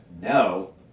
no